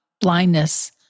blindness